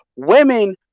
Women